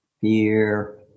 fear